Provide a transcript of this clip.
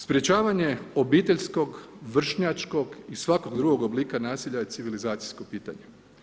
Sprječavanje obiteljskog, vršnjačkog i svakog drugog oblika nasilja je civilizacijsko pitanje.